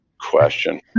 question